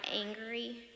angry